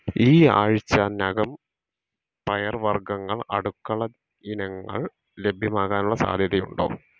ഈ ആഴ്ച നകം പയർവർഗ്ഗങ്ങൾ അടുക്കള ഇനങ്ങൾ ലഭ്യമാകാനുള്ള സാധ്യതയുണ്ടോ